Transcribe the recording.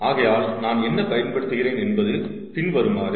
ஆகையால் நான் என்ன பயன்படுத்துகிறேன் என்பது பின்வருமாறு